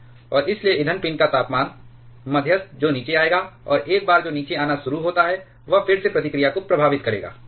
और इसलिए ईंधन पिन का तापमान मध्यस्थ जो नीचे आएगा और एक बार जो नीचे आना शुरू होता है वह फिर से प्रतिक्रिया को प्रभावित करेगा